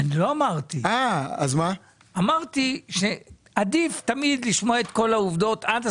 אני לא אמרתי את זה; אמרתי שתמיד עדיף לשמוע את כל העובדות עד הסוף.